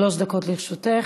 שלוש דקות לרשותך.